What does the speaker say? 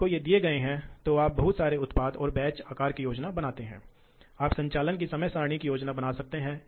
RPM है तो रैखिक वेग स्वाभाविक रूप से πd 1000है इसलिए यह रैखिक वेग है इसलिए इस रैखिक वेग को S में t इसे हटाए गए पदार्थ की मात्रा देता है ठीक है